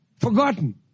forgotten